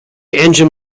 engine